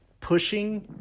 pushing